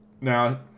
Now